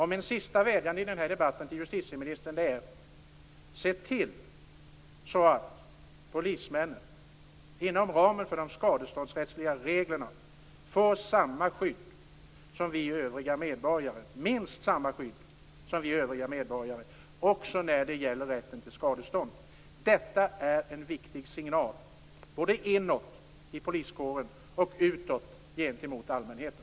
Min sista vädjan i den här debatten till justitieministern är: Se till så att polismän inom ramen för de skadeståndsrättsliga reglerna får minst samma skydd som vi övriga medborgare, också när det gäller rätten till skadestånd. Detta är en viktig signal, både inåt inom poliskåren och utåt gentemot allmänheten.